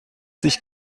sich